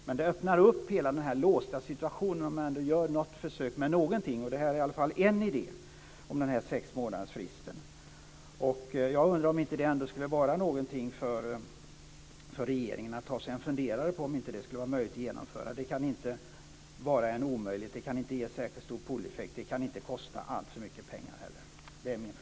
Det skulle öppna upp hela den låsta situationen om man gör ett försök med någonting, och sexmånadersfristen är en idé. Jag undrar om regeringen skulle kunna fundera på om det är möjligt att genomföra detta. Det kan inte vara en omöjlighet, och det kan inte ge särskilt stor drageffekt. Det kan inte heller kosta alltför mycket pengar.